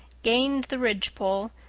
gained the ridgepole,